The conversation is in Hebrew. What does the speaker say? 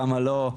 כמה לא.